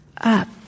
up